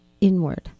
inward